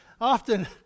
Often